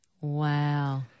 Wow